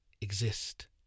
exist